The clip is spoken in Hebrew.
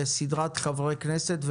אחרי זה חברי כנסת,